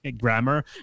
grammar